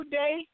day